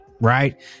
Right